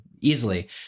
easily